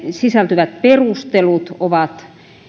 sisältyvät perustelut ovat